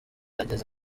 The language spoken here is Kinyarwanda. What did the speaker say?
ageze